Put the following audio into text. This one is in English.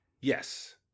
Yes